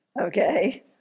Okay